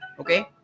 okay